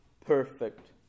perfect